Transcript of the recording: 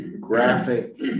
graphic